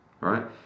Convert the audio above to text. right